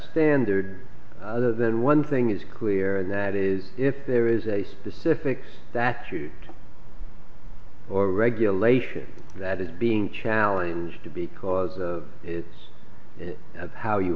standard other than one thing is clear and that is if there is a specifics that suit or regulation that is being challenge to because of its of how you